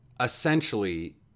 essentially